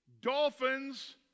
dolphins